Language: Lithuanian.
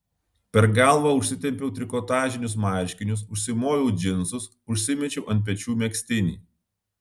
per galvą užsitempiau trikotažinius marškinius užsimoviau džinsus užsimečiau ant pečių megztinį